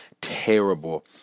terrible